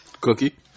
Cookie